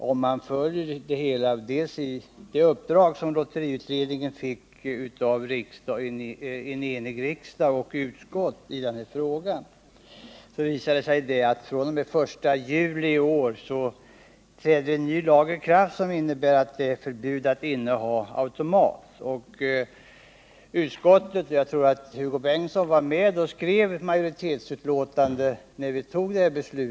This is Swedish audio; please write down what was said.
Om man följer det uppdrag i denna fråga som lotteriutredningen fick av ett enigt utskott och en enig riksdag, visar det sig att en ny lag som innebär förbud mot att inneha automater träder i kraft den 1 juli i år. Jag tror att Hugo Bengtsson var med och skrev under det betänkande som låg till grund för det beslutet.